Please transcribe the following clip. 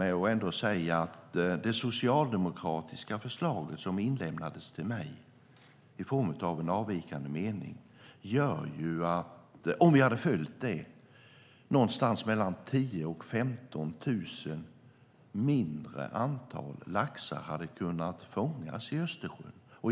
Om vi hade följt det socialdemokratiska förslag som inlämnades till mig i form av en avvikande mening hade någonstans mellan 10 000 och 15 000 färre laxar kunnat fångas i Östersjön.